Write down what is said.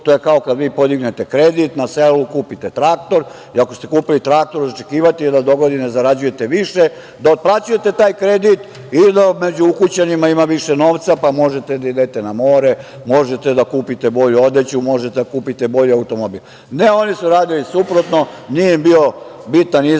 to je kao kada vi podignete kredit na selu, kupite traktor i ako ste kupili traktor za očekivati je da dogodine zarađujete više, da otplaćujete taj kredit i da među ukućanima ima više novca pa možete da idete na more, možete da kupite bolju odeću, možete da kupite bolji automobil. Ne, oni su radili suprotno, nije im bio bitan izvor